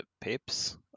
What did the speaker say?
Pips